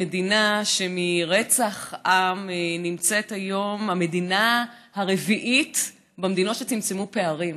מדינה שמרצח עם היא היום המדינה הרביעית במדינות שצמצמו פערים.